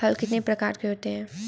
हल कितने प्रकार के होते हैं?